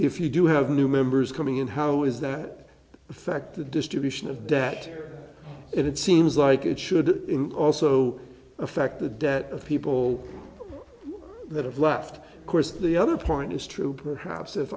if you do have new members coming in how is that affect the distribution of debt and it seems like it should also affect the debt of people that have left course the other point is true perhaps if